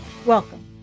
Welcome